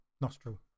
nostril